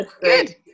Good